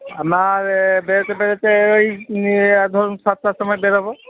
নাহলে বেরোতে বেরোতে ওই ধরুন সাতটার সময় বেরোব